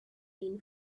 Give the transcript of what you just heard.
been